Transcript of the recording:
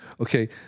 Okay